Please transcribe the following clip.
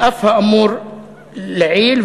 על אף האמור לעיל,